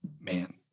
man